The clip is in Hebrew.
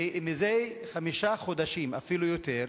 וזה חמישה חודשים, אפילו יותר,